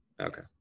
Okay